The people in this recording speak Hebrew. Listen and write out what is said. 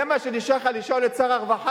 זה מה שנשאר לך לשאול את שר הרווחה,